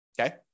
Okay